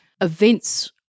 events